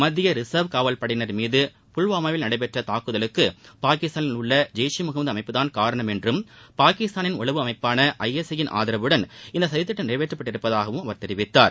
மத்திய ரிச்வ் காவல் படையினா் மீது புல்வாமாவில் நடைபெற்ற தாக்குதலுக்கு பாகிஸ்தானில் உள்ள ஜெய்ஷ் ஈ முகமது அமைப்புதான் காரணம் என்றும் பாகிஸ்தானின் உளவு அமைப்பான ஜ எஸ் ஜயின் ஆதரவுடன் இந்த சதித்திட்டம் நிறைவேற்றப்பட்டுள்ளதாகவும் அவர் தெரிவித்தார்